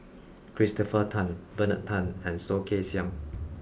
Christopher Tan Bernard Tan and Soh Kay Siang